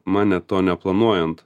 man net to neplanuojant